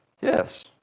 Yes